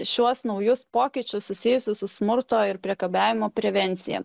šiuos naujus pokyčius susijusius su smurto ir priekabiavimo prevencija